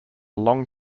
long